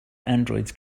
androids